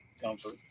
comfort